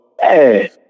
hey